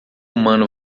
humano